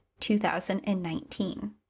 2019